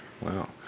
Wow